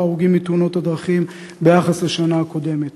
ההרוגים מתאונות דרכים ביחס לשנה הקודמת.